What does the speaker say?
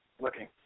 looking